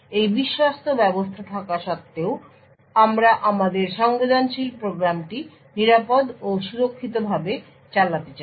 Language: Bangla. এই অবিশ্বস্ত ব্যবস্থা থাকা সত্ত্বেও আমরা আমাদের সংবেদনশীল প্রোগ্রামটি নিরাপদ ও সুরক্ষিতভাবে চালাতে চাই